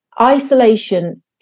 isolation